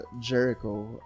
Jericho